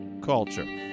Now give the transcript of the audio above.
Culture